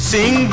Sing